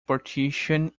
partition